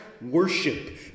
worship